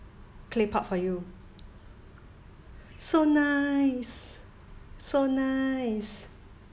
claypot for you so nice so nice